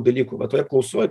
dalykų va toj apklausoj